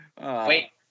Wait